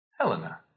Helena